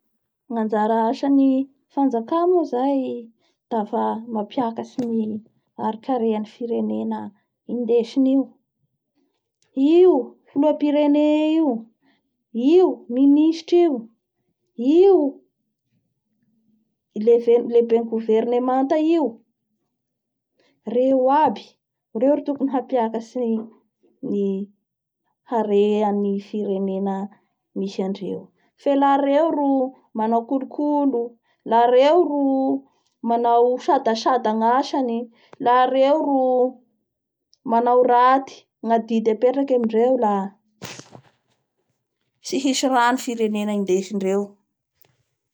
Ny anjara asan'ny fanjaka moa zay dafa mampiakatsy ny arikarean'ny firenena indesiny io. Io filoham-pirene io, io minisitry io, io leve-lehiben'ny governementa io, ireo ro tokony hampiakatsy ny harean'ny firenena misy andreo. Fe la reo ro manao kookolo, la reo ro manao sadasada ny asany, la ireo ro manao raty ny adidy apetraky amindreo la tsy hisy raha ny firenena indesindreo.